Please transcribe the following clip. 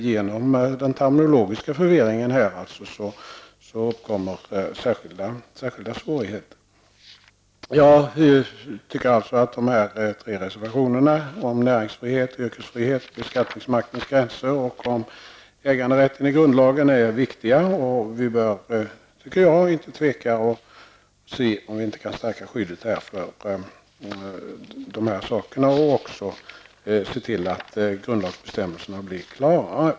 Genom denna terminologiska förvirring uppkommer särskilda svårigheter. Jag tycker alltså att de tre reservationerna -- om närings och yrkesfrihet, om beskattningsmaktens gränser och om äganderätten är viktiga grundlagsfrågor. Vi bör därför inte tveka att utreda om vi kan stärka skyddet på dessa områden. Dessutom bör vi alltså se till att grundlagsbestämmelserna blir klara.